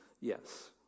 Yes